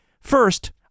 First